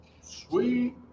sweet